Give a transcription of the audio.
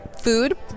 Food